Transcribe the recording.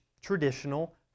traditional